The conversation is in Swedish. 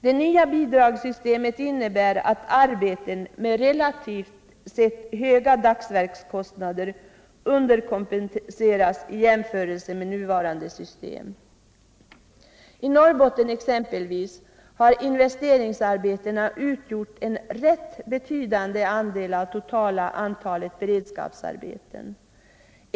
Det nya bidragssystemet innebär att arbeten med relativt sett höga dagsverkskostnader underkompenseras i jämförelse med vad som är fallet vid nuvarande system. I Norrbotten exempelvis har investeringsarbetena utgjort en rätt betydande andel av samtliga beredskapsarbeten.